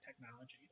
technology